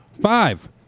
Five